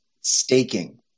staking